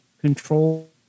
control